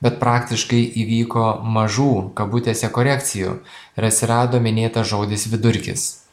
bet praktiškai įvyko mažų kabutėse korekcijų ir atsirado minėtas žodis vidurkis